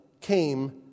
came